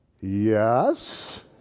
Yes